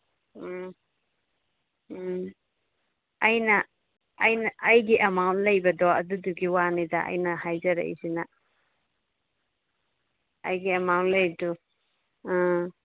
ꯎꯝ ꯎꯝ ꯑꯩꯅ ꯑꯩꯅ ꯑꯩꯒꯤ ꯑꯦꯃꯥꯎꯟ ꯂꯩꯕꯗꯣ ꯑꯗꯨꯗꯨꯒꯤ ꯋꯥꯅꯤꯗ ꯑꯩꯅ ꯍꯥꯏꯖꯔꯛꯏꯁꯤꯅ ꯑꯩꯒꯤ ꯑꯦꯃꯥꯎꯟ ꯂꯩꯔꯤꯗꯨ ꯑ